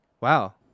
wow